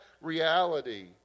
reality